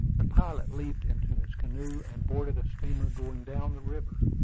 the pilot leaped into his canoe, and boarded a steamer going down the river.